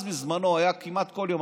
אז בזמנו היה כמעט כל יום,